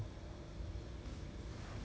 then somemore it's a buffet style so